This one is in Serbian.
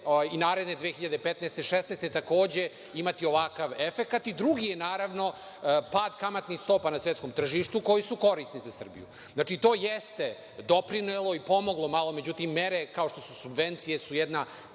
i naredne 2015. i 2016. godine imati takođe ovakav efekat.I drugi je naravno je pad kamatnih stopa na svetskom tržištu koje su korisne za Srbiju. To jeste doprinelo i pomoglo malo. Međutim, mere kao što su subvencije su jedna